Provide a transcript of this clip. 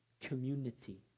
community